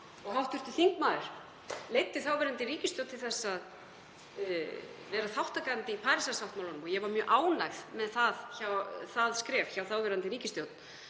í losun. Hv. þingmaður leiddi þáverandi ríkisstjórn til þess að vera þátttakandi í Parísarsáttmálanum og ég var mjög ánægð með það skref hjá þáverandi ríkisstjórn,